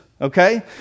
okay